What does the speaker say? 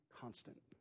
constant